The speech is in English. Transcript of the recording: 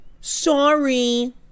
sorry